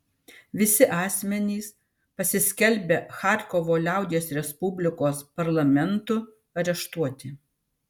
visi asmenys pasiskelbę charkovo liaudies respublikos parlamentu areštuoti